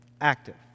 active